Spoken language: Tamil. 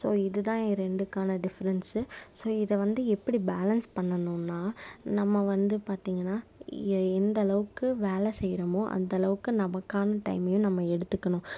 ஸோ இது தான் என் ரெண்டுக்கான டிஃபரெண்ட்ஸு ஸோ இதை வந்து எப்படி பேலன்ஸ் பண்ணணும்னால் நம்ம வந்து பார்த்திங்கன்னா எந்த அளவுக்கு வேலை செய்கிறமோ அந்த அளவுக்கு நமக்கான டயமையும் நம்ம எடுத்துக்கணும்